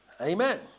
Amen